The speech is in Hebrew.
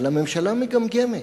אבל הממשלה מגמגמת.